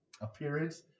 appearance